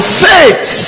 faith